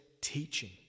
teaching